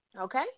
Okay